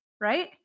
right